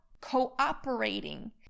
cooperating